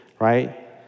Right